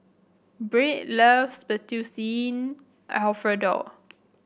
Byrd loves Fettuccine Alfredo